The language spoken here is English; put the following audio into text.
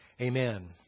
Amen